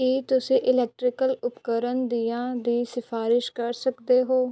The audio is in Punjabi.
ਕੀ ਤੁਸੀਂ ਇਲੈਕਟ੍ਰੀਕਲ ਉਪਕਰਨ ਦੀਆਂ ਦੀ ਸਿਫਾਰਸ਼ ਕਰ ਸਕਦੇ ਹੋ